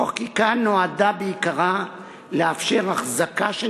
החקיקה נועדה בעיקרה לאפשר החזקה של